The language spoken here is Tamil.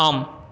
ஆம்